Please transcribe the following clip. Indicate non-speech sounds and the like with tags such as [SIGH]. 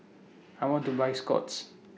[NOISE] I want to Buy Scott's